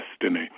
destiny